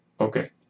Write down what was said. Okay